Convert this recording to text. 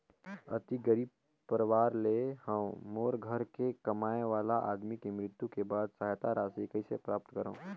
अति गरीब परवार ले हवं मोर घर के कमाने वाला आदमी के मृत्यु के बाद सहायता राशि कइसे प्राप्त करव?